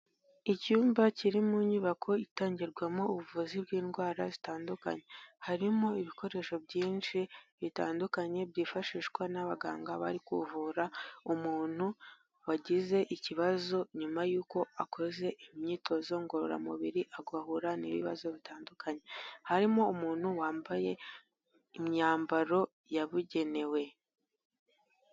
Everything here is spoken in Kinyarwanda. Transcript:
Icyumba kiri mu nyubako itangirwamo ubuvuzi bw'indwara zitandukanye, harimo ibikoresho byinshi bitandukanye byifashishwa n'abaganga bari kuvura umuntu wagize ikibazo nyuma y'uko akoze imyitozo ngororamubiri agahura n'ibibazo bitandukanye, harimo umuntu wambaye imyambaro yabugenewe.